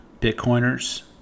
Bitcoiners